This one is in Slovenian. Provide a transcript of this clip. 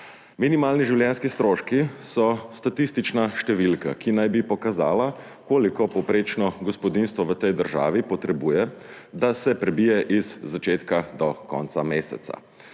Minimalni življenjski stroški so statistična številka, ki naj bi pokazala, koliko povprečno gospodinjstvo v tej državi potrebuje, da se prebije od začetka do konca meseca.